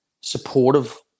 supportive